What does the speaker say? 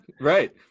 right